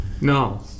No